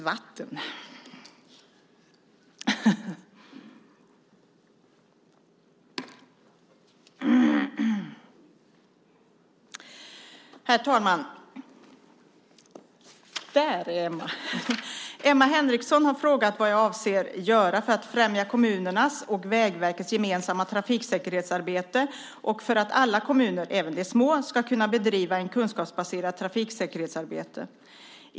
Herr talman! Emma Henriksson har frågat vad jag avser att göra för att främja kommunernas och Vägverkets gemensamma trafiksäkerhetsarbete och för att alla kommuner, även de små, ska kunna bedriva ett kunskapsbaserat trafiksäkerhetsarbete.